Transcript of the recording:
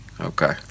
Okay